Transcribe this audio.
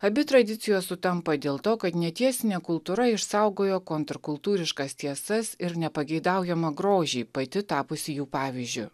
abi tradicijos sutampa dėl to kad netiesinė kultūra išsaugojo kontrkultūriškas tiesas ir nepageidaujamą grožį pati tapusi jų pavyzdžiu